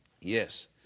Yes